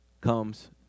comes